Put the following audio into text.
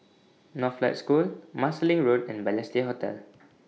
Northlight School Marsiling Road and Balestier Hotel